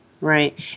Right